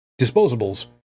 disposables